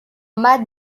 mad